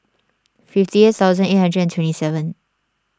fifty eight thousand eight hundred and twenty seven